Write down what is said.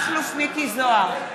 מכלוף מיקי זוהר,